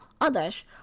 others